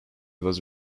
was